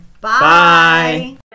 Bye